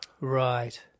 Right